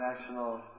national